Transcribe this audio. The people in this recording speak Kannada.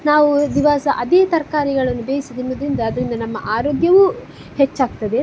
ನಾವು ದಿವಸ ಅದೇ ತರಕಾರಿಗಳನ್ನು ಬೇಯಿಸಿ ತಿನ್ನುವುದರಿಂದ ಅದರಿಂದ ನಮ್ಮ ಆರೋಗ್ಯವೂ ಹೆಚ್ಚಾಗ್ತದೆ